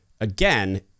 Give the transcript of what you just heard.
again